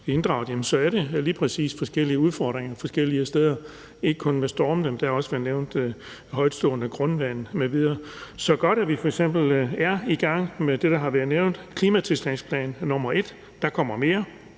inddraget, så er der lige præcis forskellige udfordringer de forskellige steder. Det er ikke kun med stormene; der har også været nævnt højtstående grundvand m.v. Så det er godt, at vi f.eks. er i gang med det, der har været nævnt. Der er klimatilpasningsplan nr. 1 – der kommer mere;